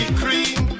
cream